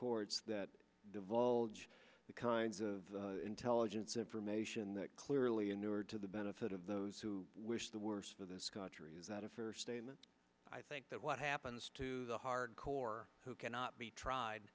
courts that divulge the kinds of intelligence information that clearly endured to the benefit of those who wish the worst for this country is not a fair statement i think that what happens to the hardcore who cannot be tried